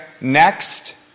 Next